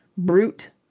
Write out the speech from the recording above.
brute!